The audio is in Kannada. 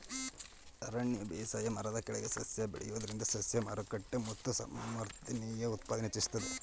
ಅರಣ್ಯ ಬೇಸಾಯ ಮರದ ಕೆಳಗೆ ಸಸ್ಯ ಬೆಳೆಯೋದ್ರಿಂದ ಸಸ್ಯ ಮಾರುಕಟ್ಟೆ ಮತ್ತು ಸಮರ್ಥನೀಯ ಉತ್ಪಾದನೆ ಹೆಚ್ಚಿಸ್ತದೆ